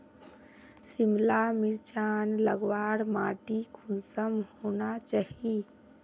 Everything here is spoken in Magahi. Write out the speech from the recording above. सिमला मिर्चान लगवार माटी कुंसम होना चही?